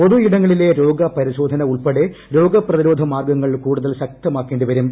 പൊതുയിടങ്ങളിലെ രോഗ പരിശോധന ഉൾപ്പെടെ രോഗപ്രതിരോധ മാർഗങ്ങൾ കൂടുതൽ ശക്തമാക്കേണ്ടി വരും